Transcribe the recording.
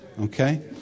Okay